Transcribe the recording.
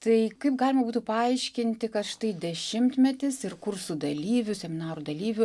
tai kaip galima būtų paaiškinti kad štai dešimtmetis ir kursų dalyvių seminarų dalyvių